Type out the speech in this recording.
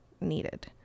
needed